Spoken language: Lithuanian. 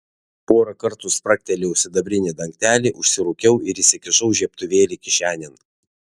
porą kartų spragtelėjau sidabrinį dangtelį užsirūkiau ir įsikišau žiebtuvėlį kišenėn